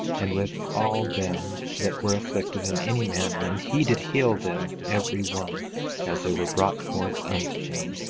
and with all them that were afflicted in any manner and he did heal them every one as they were brought forth unto him.